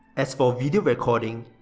as for video recording,